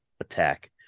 attack